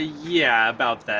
yeah, about that